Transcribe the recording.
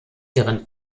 deren